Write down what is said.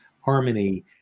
harmony